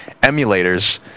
emulators